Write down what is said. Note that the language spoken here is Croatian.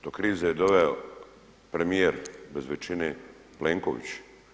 Do krize je doveo premijer bez većine Plenković.